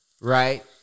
right